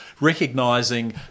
recognising